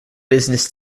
business